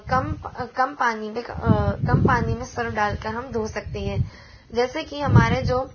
कम कम पानी में कम पानी में सर्फ़ डाल कर हम धो सकते हैं जैसे कि हमारे जो